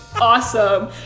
awesome